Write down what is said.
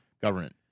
government